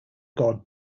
god